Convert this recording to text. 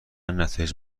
نتایج